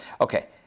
Okay